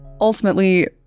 Ultimately